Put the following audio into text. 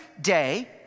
day